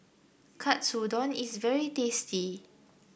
katsudon is very tasty